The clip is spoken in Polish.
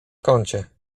kącie